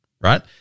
Right